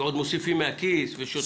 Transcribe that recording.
ועוד מוסיפים מהכיס ושותקים.